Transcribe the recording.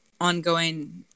ongoing